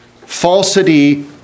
Falsity